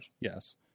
Yes